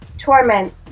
torment